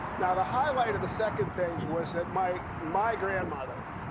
now, the highlight of the second page was that my my grandmother,